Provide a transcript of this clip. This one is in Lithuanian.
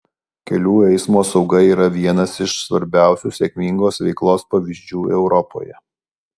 kelių eismo sauga yra vienas iš svarbiausių sėkmingos veiklos pavyzdžių europoje